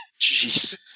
Jeez